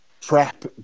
prep